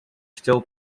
still